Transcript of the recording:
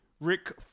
Rick